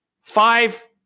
five